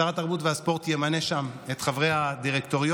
שר התרבות והספורט ימנה שם את חברי הדירקטוריון,